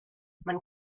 man